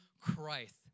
Christ